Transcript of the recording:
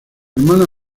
hermana